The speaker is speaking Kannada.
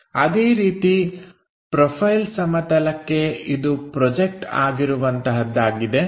ಅದೇ ರೀತಿ ಪ್ರೊಫೈಲ್ ಸಮತಲಕ್ಕೆ ಇದು ಪ್ರೊಜೆಕ್ಟ ಆಗಿರುವಂತಹದ್ದು ಆಗಿದೆ